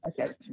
Okay